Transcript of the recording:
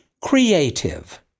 creative